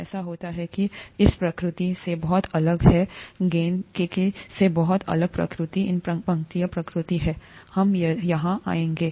ऐसा होता है कि इस की प्रकृति प्रकृति से बहुत अलग है गेंद कीकीसे बहुत अलग प्रकृति इन पंक्तियों प्रकृति है हम यहां आएंगे